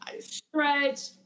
stretch